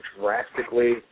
drastically